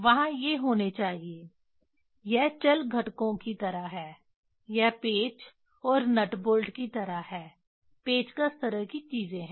वहाँ ये होने चाहिए यह चल घटकों की तरह है यह पेच और नट बोल्ट की तरह है पेंचकस तरह की चीजें हैं